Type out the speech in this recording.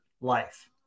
life